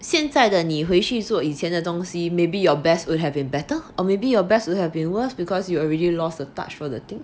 现在的你回去做以前的东西 maybe your best would have been better or maybe your best would have been worse because you already lost the touch for the thing